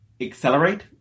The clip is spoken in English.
accelerate